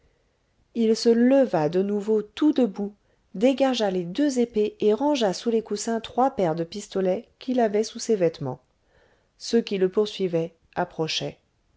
il se leva de nouveau tout debout dégagea les deux épées et rangea sous les coussins trois paires de pistolets qu'il avait sous ses vêtements ceux qui le poursuivaient approchaient